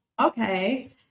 okay